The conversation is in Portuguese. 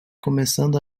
começando